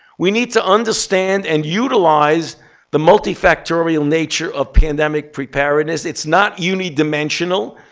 we need to understand and utilize the multi-factorial nature of pandemic preparedness. it's not unidimensional.